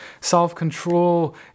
self-control